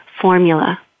formula